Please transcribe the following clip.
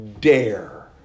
dare